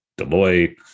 Deloitte